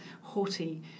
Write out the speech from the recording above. haughty